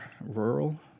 rural